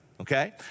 okay